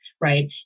right